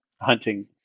hunting